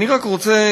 אני רק רוצה,